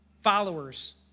followers